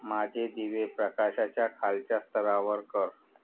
माझे दिवे प्रकाशाच्या खालच्या स्तरावर कर